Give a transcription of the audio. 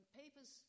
papers